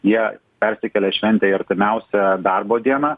jie persikelia šventę į artimiausią darbo dieną